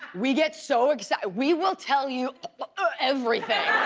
we get so excited. we will tell you everything.